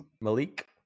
Malik